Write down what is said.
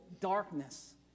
darkness